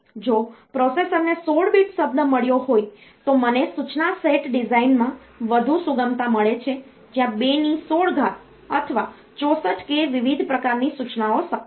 જો પ્રોસેસરને 16 બીટ શબ્દ મળ્યો હોય તો મને સૂચના સેટ ડિઝાઇનમાં વધુ સુગમતા મળે છે જ્યાં 216 અથવા 64k વિવિધ પ્રકારની સૂચનાઓ શક્ય છે